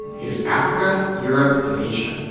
here's africa, europe, and asia.